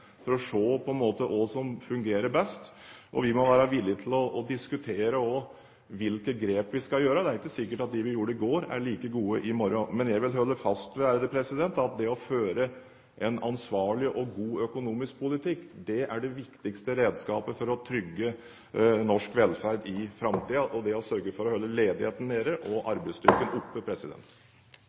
for å se hva som fungerer best. Vi må også være villige til å diskutere hvilke grep vi skal gjøre. Det er ikke sikkert at de grepene vi gjorde i går, er like gode i morgen. Men jeg vil holde fast ved at det å føre en ansvarlig og god økonomisk politikk er det viktigste redskapet for å trygge norsk velferd i framtiden, ved siden av å sørge for å holde ledigheten nede og arbeidsstyrken oppe.